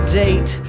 date